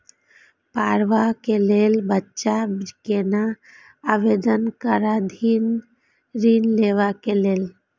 पढ़वा कै लैल बच्चा कैना आवेदन करथिन ऋण लेवा के लेल?